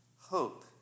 hope